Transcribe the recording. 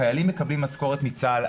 חיילים מקבלים משכורת מצה"ל.